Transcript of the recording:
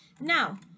Now